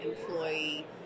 employee